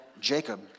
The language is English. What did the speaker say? Jacob